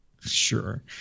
Sure